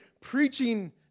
preaching